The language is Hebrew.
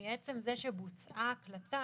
מעצם זה שבוצעה הקלטה